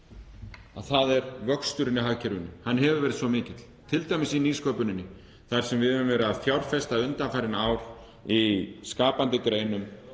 í hagkerfinu. Vöxturinn í hagkerfinu hefur verið svo mikill, t.d. í nýsköpuninni þar sem við höfum verið að fjárfesta undanfarin ár í skapandi greinum